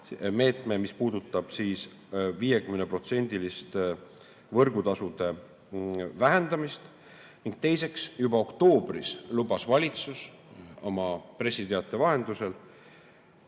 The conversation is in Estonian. meede, mis puudutab 50%-list võrgutasude vähendamist. Teiseks, juba oktoobris lubas valitsus oma pressiteate vahendusel